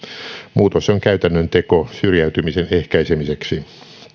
muutos on käytännön teko syrjäytymisen ehkäisemiseksi